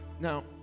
Now